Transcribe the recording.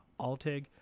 Altig